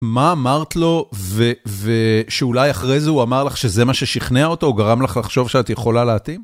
מה אמרת לו ושאולי אחרי זה הוא אמר לך שזה מה ששכנע אותו, או גרם לך לחשוב שאת יכולה להתאים?